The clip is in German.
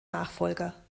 nachfolger